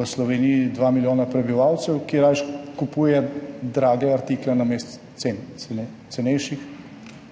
v Sloveniji dva milijona prebivalcev, ki rajši kupuje drage artikle namesto cenejših.